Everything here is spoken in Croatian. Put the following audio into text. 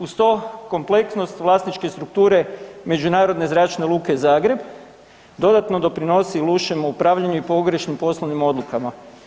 Uz to kompleksnost vlasničke strukture Međunarodne Zračne luke Zagreb dodatno doprinosi lošem upravljanju i pogrešnim poslovnim odlukama.